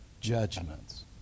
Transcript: judgments